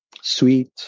sweet